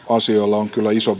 on kyllä iso